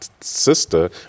sister